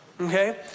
Okay